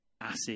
acid